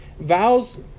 vows